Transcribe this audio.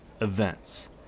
events